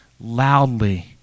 loudly